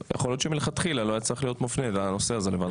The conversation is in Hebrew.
יכול להיות שמלכתחילה לא היה צריך להיות מופנה הנושא הזה לוועדה.